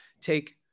take